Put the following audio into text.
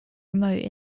remote